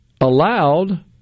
allowed